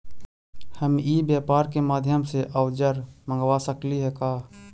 हम ई व्यापार के माध्यम से औजर मँगवा सकली हे का?